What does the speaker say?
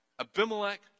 Abimelech